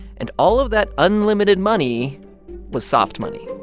and all of that unlimited money was soft money